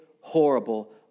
horrible